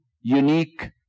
unique